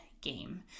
game